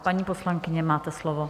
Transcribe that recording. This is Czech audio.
Paní poslankyně, máte slovo.